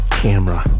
camera